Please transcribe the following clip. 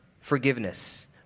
Forgiveness